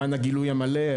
למען הגילוי המלא,